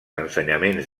ensenyaments